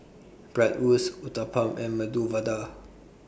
Bratwurst Uthapam and Medu Vada